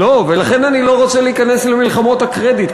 ולכן אני לא רוצה להיכנס למלחמות הקרדיט,